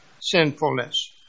sinfulness